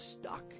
stuck